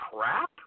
crap